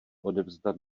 odevzdat